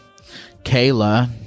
Kayla